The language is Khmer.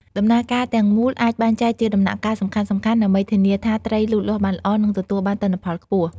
ដំណើរការទាំងមូលអាចបែងចែកជាដំណាក់កាលសំខាន់ៗ ដើម្បីធានាថាត្រីលូតលាស់បានល្អ និងទទួលបានទិន្នផលខ្ពស់។